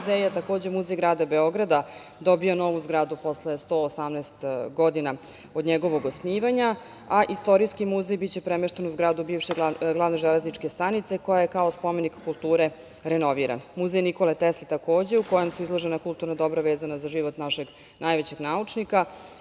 muzej. Takođe, Muzej grada Beograda je dobio novu zgradu posle 118. godina od njegovog osnivanja, a Istorijski muzej biće premešten u zgradu bivše Glavne železničke stanice, koja je kao spomenik kulture renovirana. Muzej "Nikole Tesle", takođe, u kojem su izložena kulturna dobra vezana za život našeg najvećeg naučnika,